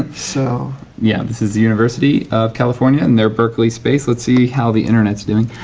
ah so yeah this is the university of california and their berkley space. let's see how the internet's doing.